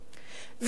זה ביחס לחוק.